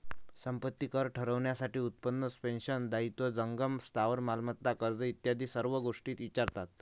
संपत्ती कर ठरवण्यासाठी उत्पन्न, पेन्शन, दायित्व, जंगम स्थावर मालमत्ता, कर्ज इत्यादी सर्व गोष्टी विचारतात